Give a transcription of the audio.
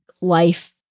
life